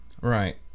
Right